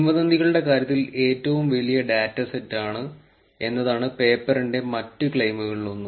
കിംവദന്തികളുടെ കാര്യത്തിൽ ഏറ്റവും വലിയ ഡാറ്റാസെറ്റാണ് എന്നതാണ് പേപ്പറിന്റെ മറ്റ് ക്ലെയിമുകളിൽ ഒന്ന്